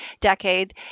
decade